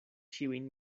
ĉiujn